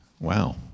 Wow